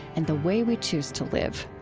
and the way we choose to live.